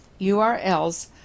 URLs